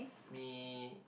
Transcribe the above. me